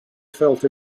felt